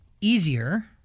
easier—